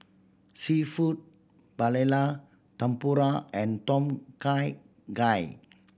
Seafood Paella Tempura and Tom Kha Gai